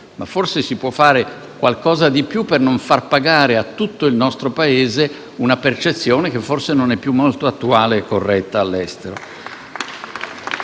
ma forse si può fare qualcosa di più per non far pagare a tutto il nostro Paese una percezione che forse non è più molto attuale e corretta all'estero.